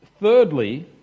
thirdly